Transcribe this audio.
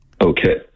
Okay